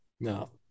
No